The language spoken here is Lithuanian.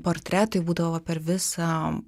portretai būdavo per visą